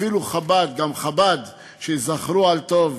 אפילו חב"ד, גם חב"ד, שייזכרו על טוב,